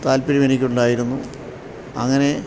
താല്പര്യമെനിക്കുണ്ടായിരുന്നു അങ്ങനെ